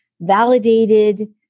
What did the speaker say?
Validated